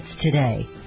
today